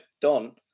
Don